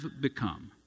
become